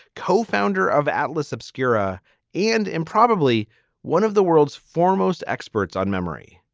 co-founder of atlas obscura and and probably one of the world's foremost experts on memory